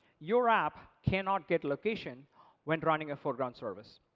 your app cannot get location when running a foreground service.